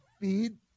feed